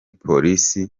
polisi